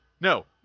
No